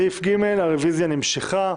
סעיף ג' הרוויזיה נמשכה.